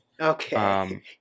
Okay